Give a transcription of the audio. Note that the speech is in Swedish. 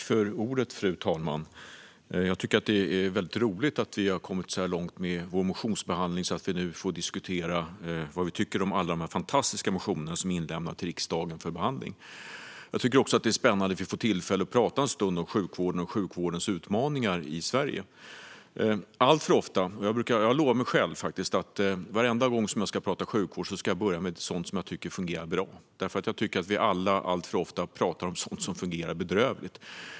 Fru talman! Jag tycker att det är väldigt roligt att vi har kommit så här långt med vår motionsbehandling att vi nu får diskutera vad vi tycker om alla fantastiska motioner som är inlämnade till riksdagen för behandling. Det är också spännande att vi får tillfälle att tala en stund om sjukvården och sjukvårdens utmaningar i Sverige. Jag har lovat mig själv att jag varenda gång jag ska prata sjukvård ska börja med sådant som jag tycker fungerar bra, för jag tycker att vi alla alltför ofta pratar om sådant som fungerar bedrövligt.